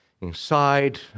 inside